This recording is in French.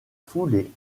foulée